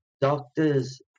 doctors